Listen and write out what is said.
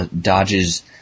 dodges